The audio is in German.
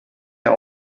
der